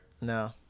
No